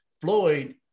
Floyd